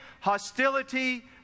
hostility